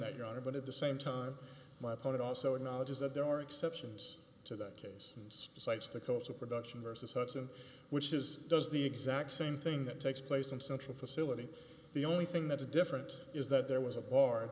that your honor but at the same time my opponent also acknowledges that there are exceptions to that case and cites the cost of production versus hudson which is does the exact same thing that takes place in central facility the only thing that's different is that there was a bar